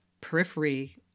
periphery